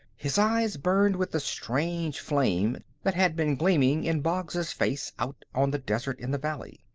his eyes burned with the strange flame that had been gleaming in boggs's face out on the desert in the valley.